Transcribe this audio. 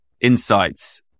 insights